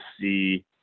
see